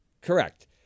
Correct